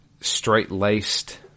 straight-laced